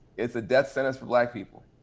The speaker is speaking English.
it's a death sentence for black people.